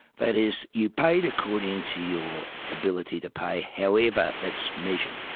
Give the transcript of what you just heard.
that is, you paid according to your ability to pay, however that's measured.